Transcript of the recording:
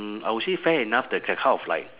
mm I will say fair enough the kind kind of like